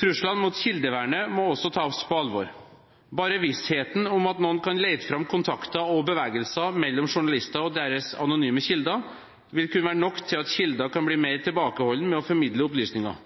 Truslene mot kildevernet må også tas på alvor. Bare vissheten om at noen kan lete fram kontakter og bevegelser mellom journalister og deres anonyme kilder, vil kunne være nok til at kilden kan bli mer tilbakeholden med å formidle opplysninger.